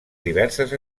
diverses